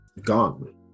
gone